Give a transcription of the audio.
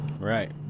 Right